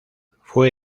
fue